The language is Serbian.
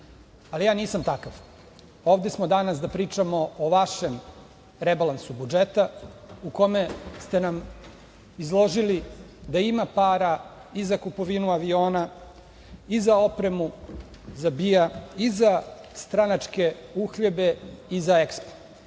ali ja nisam takav. Ovde smo danas da pričamo o vašem rebalansu budžeta, u kome ste nam izložili da ima para i za kupovinu aviona i za opremu za BIA i za stranačke uhljebe i za EKSPO,